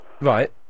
Right